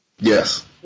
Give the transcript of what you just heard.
Yes